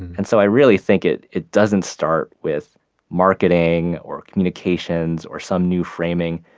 and so i really think it it doesn't start with marketing or communications or some new framing.